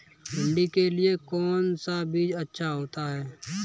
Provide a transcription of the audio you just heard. भिंडी के लिए कौन सा बीज अच्छा होता है?